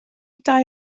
dau